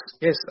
Yes